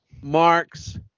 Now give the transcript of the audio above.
marks